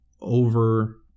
over